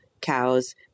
cows